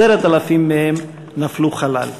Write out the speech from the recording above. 10,000 מהם נפלו חלל.